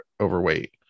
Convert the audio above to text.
overweight